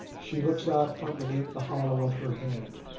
she looks out from beneath the hollow of her hand.